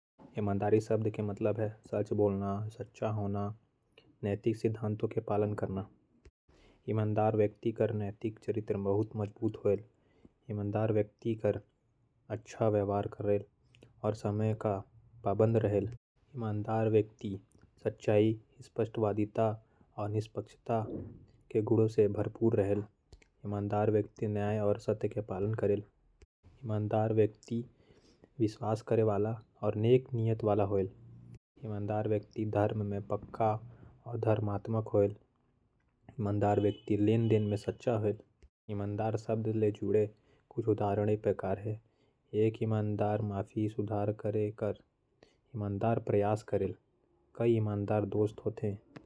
ईमानदारी के मतलब हावय ईमानदारी ईमानदारी। अउ ईमानदारी के संग काम करना। ईमानदार मनखे झूठ नइ बोलय। चोरी करय अउ धोखा नइ देवय। ईमानदारी नैतिक चरित्र के एक महत्वपूर्ण पहलू हावय। एक ईमानदार मनखे भरोसेमंद। वफादार अउ निष्पक्ष होथे। एक ईमानदार मनखे सत्यता कैंडोर अउ। निष्पक्षता जइसे गुण के पालन करत हावय।